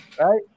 right